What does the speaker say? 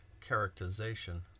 characterization